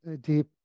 deep